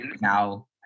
Now